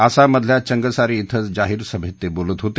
आसाममधल्या चंगसारी क्वें जाहीर सभेत ते बोलत होते